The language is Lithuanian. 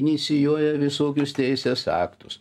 inicijuoja visokius teisės aktus